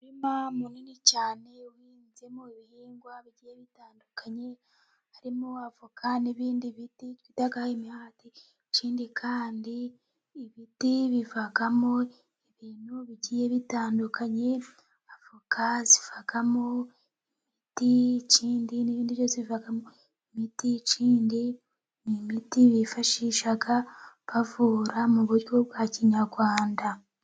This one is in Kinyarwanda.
Umurima munini cyane uhinzemo ibihingwa bigiye bitandukanye. Harimo avoka n'ibindi biti twiga imihati. Ikindi kandi ibiti bivamo ibintu bigiye bitandukanye. Avoka zivamo imiti . Ikindi n'ibindi zivamo imiti. Ikindi ni imiti bifashisha bavura mu buryo bwa kinyarwanda.